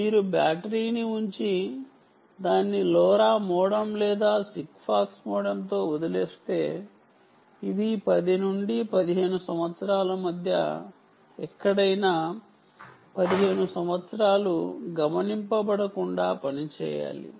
మీరు బ్యాటరీని ఉంచి దాన్ని లోరా మోడెమ్ లేదా సిగ్ఫాక్స్ మోడెమ్తో వదిలేస్తే ఇది 10 నుండి 15 సంవత్సరాల మధ్య ఎక్కడైనా 15 సంవత్సరాలు గమనింపబడకుండా పనిచేయాలి